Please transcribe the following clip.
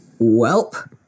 Welp